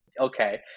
okay